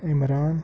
Imran